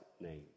name